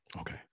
Okay